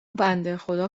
بندهخدا